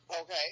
Okay